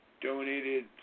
donated